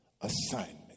assignment